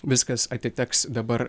viskas atiteks dabar